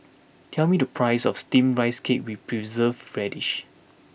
tell me the price of Steamed Rice Cake with Preserved Radish